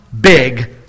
big